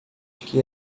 que